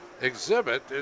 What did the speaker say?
exhibit